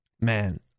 man